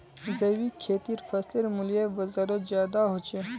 जैविक खेतीर फसलेर मूल्य बजारोत ज्यादा होचे